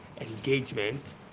engagement